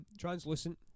Translucent